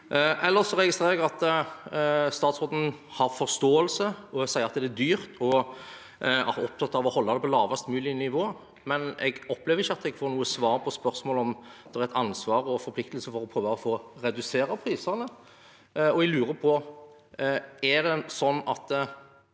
registrerer jeg at statsråden «har forståelse», sier at «det er dyrt» og er opptatt av å holde det på lavest mulig nivå, men jeg opplever ikke at jeg får noe svar på spørsmålet om han føler ansvar og forpliktelse for å prøve å redusere prisene. Jeg lurer på: Er det sånn at